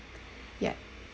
yeah